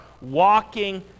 walking